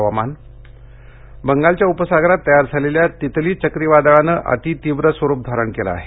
हवामान बंगालच्या उपसागरात तयार झालेल्या तितली चक्रीवादळानं अतीतीव्र स्वरूप धारण केलं आहे